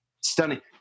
stunning